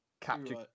capture